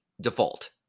Default